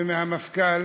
והמפכ"ל